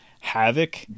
Havoc